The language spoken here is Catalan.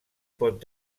pot